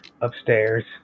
upstairs